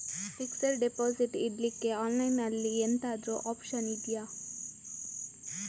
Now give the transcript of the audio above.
Fixed deposit ಇಡ್ಲಿಕ್ಕೆ online ಅಲ್ಲಿ ಎಂತಾದ್ರೂ ಒಪ್ಶನ್ ಇದ್ಯಾ?